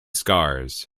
scars